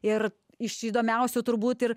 ir iš įdomiausių turbūt ir